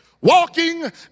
walking